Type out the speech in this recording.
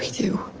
do